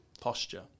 posture